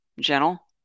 gentle